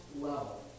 level